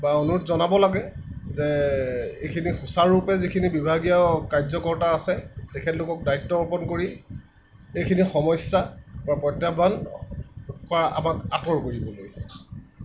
বা অনুৰোধ জনাব লাগে যে এইখিনি সুচাৰুৰূপে যিখিনি বিভাগীয় কায্যকৰ্তা আছে তেখেতলোকক দায়িত্ব অৰ্পন কৰি এইখিনি সমস্যা বা প্ৰত্যাহ্বানৰ পৰা আমাক আঁতৰ কৰিবলৈ